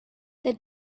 the